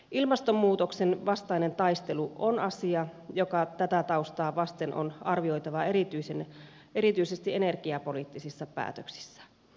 ilmastonmuutoksen vastainen taistelu on asia joka tätä taustaa vasten on arvioitava erityisesti energiapoliittisissa päätöksissä